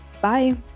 Bye